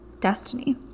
destiny